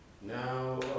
now